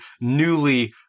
newly